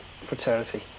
fraternity